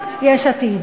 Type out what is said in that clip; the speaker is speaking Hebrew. יש עתיד,